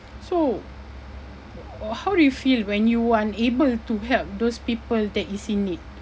so or how do you feel when you unable to help those people that is in need